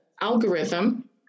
algorithm